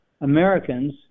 Americans